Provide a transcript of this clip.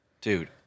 Dude